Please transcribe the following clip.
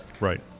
Right